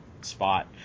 spot